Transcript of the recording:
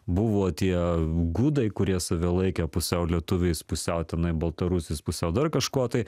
buvo tie gudai kurie save laikė pusiau lietuviais pusiau tenai baltarusiais pusiau dar kažkuo tai